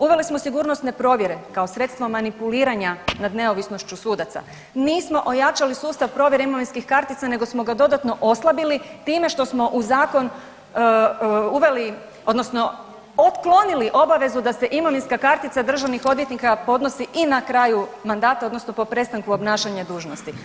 Uveli smo sigurnosne provjere kao sredstvo manipuliranja nad neovisnošću sudaca, nismo ojačali sustav provjere imovinskih kartica nego smo ga dodatno oslabili time što smo u zakon uveli odnosno otklonili obavezu da se imovinska kartica državnih odvjetnika podnosi i na kraju mandata odnosno po prestanku obnašanja dužnosti.